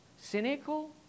cynical